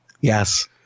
Yes